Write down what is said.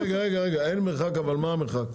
לא, לא רגע רגע, אין מרחק אבל מה המרחק?